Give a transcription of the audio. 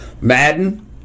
Madden